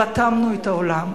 רתמנו את העולם,